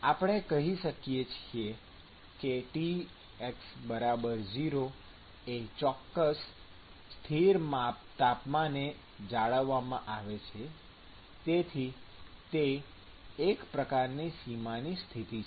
આપણે કહી શકીએ કે Tx 0 એ ચોક્કસ સ્થિર તાપમાને જાળવવામાં આવે છે તેથી તે એક પ્રકારની સીમાની સ્થિતિ છે